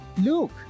Look